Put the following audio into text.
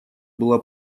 была